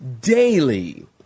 daily